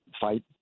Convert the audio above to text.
fight